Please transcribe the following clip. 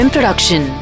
Production